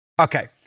Okay